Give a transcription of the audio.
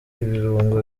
ibirungo